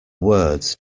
words